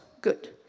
good